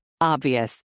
Obvious